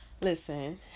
Listen